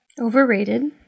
Overrated